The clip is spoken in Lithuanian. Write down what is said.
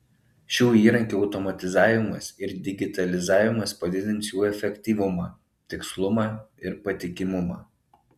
šių įrankių automatizavimas ir digitalizavimas padidins jų efektyvumą tikslumą ir patikimumą